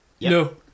no